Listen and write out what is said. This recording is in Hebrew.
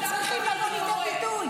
הם צריכים לבוא לידי ביטוי.